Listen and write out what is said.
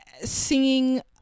singing